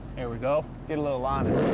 here we go. get a little on it.